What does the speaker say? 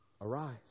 Arise